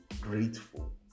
grateful